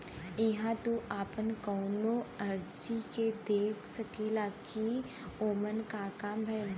इहां तू आपन कउनो अर्जी के देख सकेला कि ओमन क काम भयल